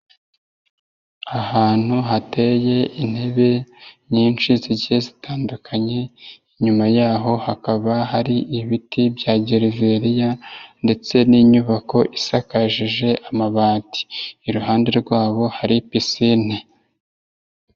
Ahantu hateye intebe nyinshi zigiye zitandukanye inyuma yaho hakaba hari ibiti bya gereveriya ndetse n'inyubako isakajije amabati, iruhande rwabo hari pisine.